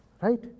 right